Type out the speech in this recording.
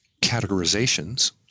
categorizations